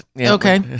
okay